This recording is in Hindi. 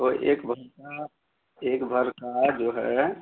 तो एक भरी का एक भरी का जो है